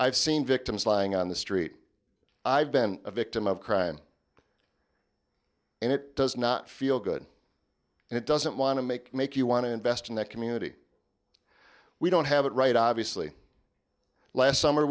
i've seen victims lying on the street i've been a victim of crime and it does not feel good and it doesn't want to make make you want to invest in that community we don't have it right obviously last summer